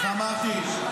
איך אמרתי?